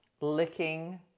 licking